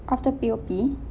after P_O_P